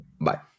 Bye